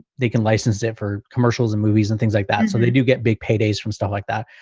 they can license it for commercials and movies and things like that. so they do get big paydays from stuff like that.